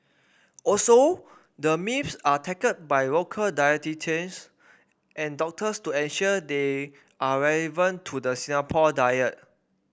also the myths are tackled by local dietitians and doctors to ensure they are relevant to the Singapore diet